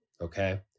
okay